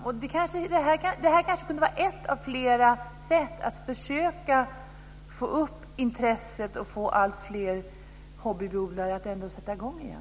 Det här kanske kunde vara ett av flera sätt att försöka få upp intresset och få alltfler hobbybiodlare att sätta i gång igen.